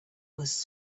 was